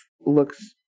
looks